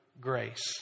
grace